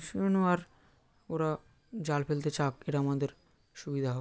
সেজন্য আর ওরা জাল ফেলতে চাক এটা আমাদের সুবিধা হোক